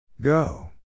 Go